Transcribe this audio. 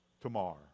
tomorrow